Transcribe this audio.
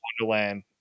Wonderland